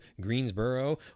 Greensboro